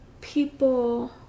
people